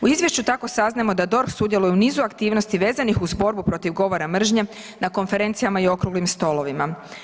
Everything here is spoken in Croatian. U izvješću tako saznajemo da DORH sudjeluje u nizu aktivnosti vezanih uz borbu protiv govora mržnje na konferencijama i okruglim stolovima.